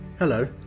Hello